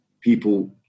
people